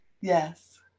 Yes